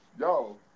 Yo